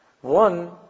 One